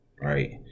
right